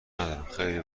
ندارم، خیلی